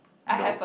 no